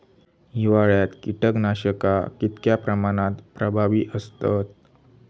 हिवाळ्यात कीटकनाशका कीतक्या प्रमाणात प्रभावी असतत?